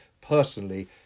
personally